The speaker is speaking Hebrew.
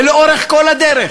ולאורך כל הדרך